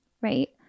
right